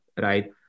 Right